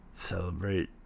celebrate